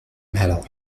medal